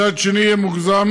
מצד שני, יהיה מוגזם